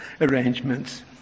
arrangements